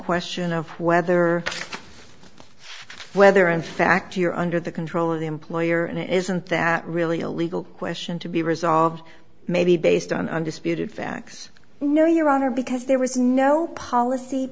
question of whether whether in fact you're under the control of the employer and isn't that really a legal question to be resolved maybe based on undisputed facts no your honor because there was no policy